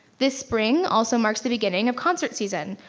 this spring also marks the beginning of concert season,